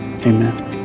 Amen